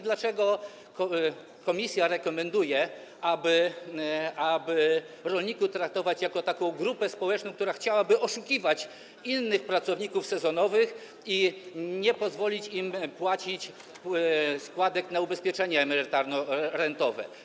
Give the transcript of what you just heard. Dlaczego komisja rekomenduje traktowanie rolników jako grupy społecznej, która chciałaby oszukiwać innych pracowników sezonowych i nie pozwolić im płacić składek na ubezpieczenie emerytalno-rentowe?